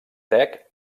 tec